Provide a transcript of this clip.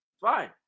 fine